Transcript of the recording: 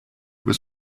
was